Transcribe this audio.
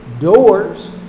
doors